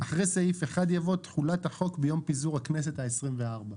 סעיף 1 יבוא: "תחולת החוק ביום פיזור הכנסת ה-24".